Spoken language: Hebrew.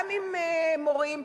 גם בנוגע למורים,